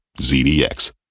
ZDX